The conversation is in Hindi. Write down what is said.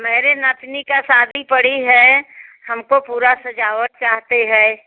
मेरे नतनी की शादी पड़ी है हमको पूरी सजावट चाहते हैं